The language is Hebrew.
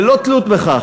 ללא תלות בכך,